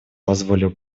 позволил